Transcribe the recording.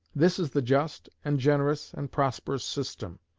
this is the just and generous and prosperous system,